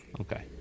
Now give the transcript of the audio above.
Okay